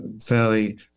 fairly